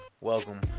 welcome